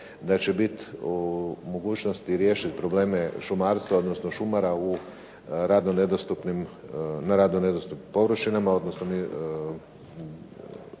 da će biti u mogućnosti riješiti probleme šumarstva, odnosno šumara u radno nedostupnim, na radno